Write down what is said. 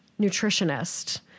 nutritionist